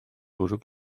bwrw